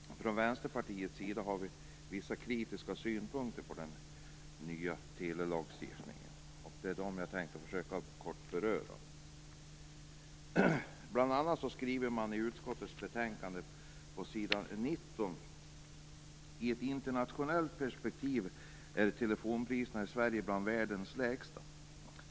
Fru talman! Från Vänsterpartiets sida har vi vissa kritiska synpunkter på den nya telelagstiftningen. Jag skall kort beröra dem. Bl.a. skriver man i betänkandet på s. 19: "I ett internationellt perspektiv är telefonipriserna i Sverige bland världens lägsta.